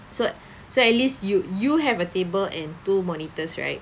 so so at least you you have a table and two monitors right